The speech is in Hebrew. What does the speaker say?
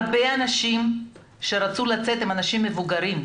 הרבה אנשים שרצו לצאת, אלה אנשים מבוגרים.